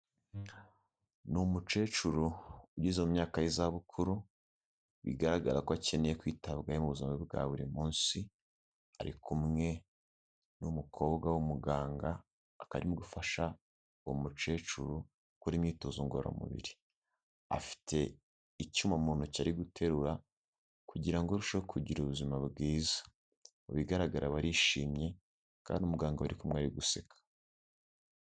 Ni umukecuru ugeze mu myaka y'izabukuru bigaragara ko akeneye kwitabwaho mu buzima bwa buri munsi. Ari kumwe n'umukobwa w'umuganga, akaba arimo gufasha uwo mukecuru gukora imyitozo ngororamubiri. Afite icyuma mu ntoki ari guterura kugira ngo arusheho kugira ubuzima bwiza. Mu bigaragara barishimye kandi umuganga bari kumwe ari guseka.